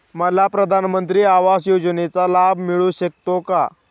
मला प्रधानमंत्री आवास योजनेचा लाभ मिळू शकतो का?